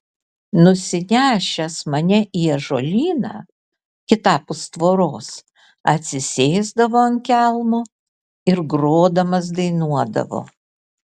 nusinešęs mane į ąžuolyną kitapus tvoros atsisėsdavo ant kelmo ir grodamas dainuodavo